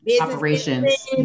Operations